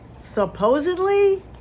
supposedly